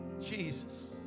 Jesus